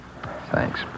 Thanks